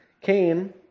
Cain